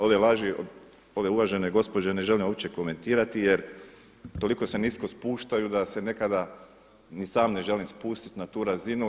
Ove laži, ove uvažene gospođe ne želim uopće komentirati, jer toliko se nisko spuštaju da se nekada ni sam ne želim spustit na tu razinu.